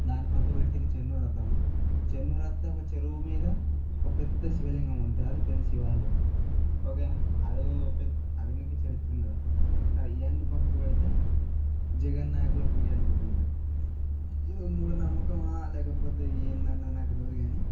దాన్ని పక్కన పెడితే ఇక చెన్నూరు వద్దామా చెన్నూరు వస్తే ఒక చెరువు మీద ఒక పెద్ద శివలింగం ఉంటుంది అది పెద్ద శివాలయం ఒకేనా అదో పెద్ద అధునిక చరిత్ర ఉన్నాదా సరే ఇవన్నీ పక్కకు పెడితే జగన్ నాయకుల గుడి అని ఒకటుంటుంది ఇది మూడనమ్మకమా లేకపోతే ఏంటన్నది నాకు తెలియదు కానీ